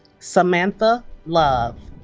samantha love